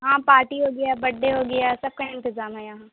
ہاں پارٹی ہو گیا برتھ ڈے ہو گیا سب کا انتظام ہے یہاں